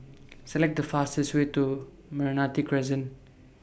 Select The fastest Way to Meranti Crescent